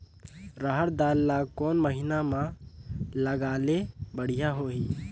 रहर दाल ला कोन महीना म लगाले बढ़िया होही?